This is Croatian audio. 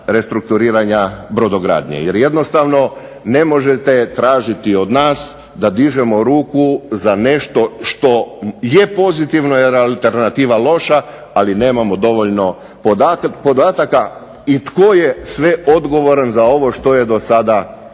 restrukturiranja brodogradnje jer jednostavno ne možete tražiti od nas da dižemo ruku za nešto što je pozitivno jer alternativa loša, ali nemamo dovoljno podataka i tko je sve odgovoran za sve ovo što je do sada stvoreno.